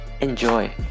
Enjoy